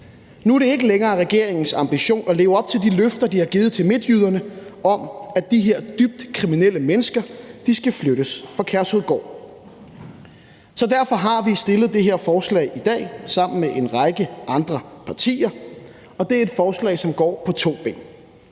Nu er det ikke længere regeringens ambition at leve op til de løfter, de har givet til midtjyderne, om, at de her dybt kriminelle mennesker skal flyttes fra Kærshovedgård. Derfor har vi sammen med en række andre partier fremsat det her forslag, og det er et forslag, som går på to ben.